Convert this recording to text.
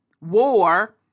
war